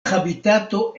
habitato